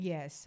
Yes